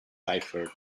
cipher